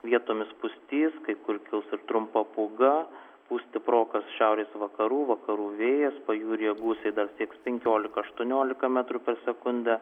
vietomis pustys kai kur kils ir trumpa pūga pūs stiprokas šiaurės vakarų vakarų vėjas pajūryje gūsiai sieks penkiolika aštuoniolika metrų per sekundę